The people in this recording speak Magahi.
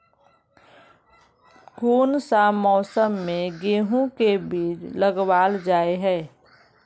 कोन सा मौसम में गेंहू के बीज लगावल जाय है